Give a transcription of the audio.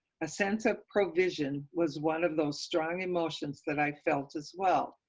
a sense of provision was one of those strong emotions that i felt as well.